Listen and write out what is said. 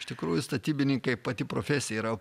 iš tikrųjų statybininkai pati profesija yra